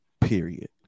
period